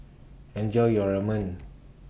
Enjoy your Ramen